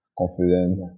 confidence